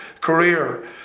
career